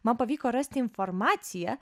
man pavyko rasti informaciją